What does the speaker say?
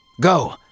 Go